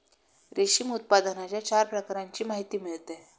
रेशीम उत्पादनाच्या चार प्रकारांची माहिती मिळते